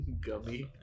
gummy